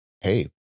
Hey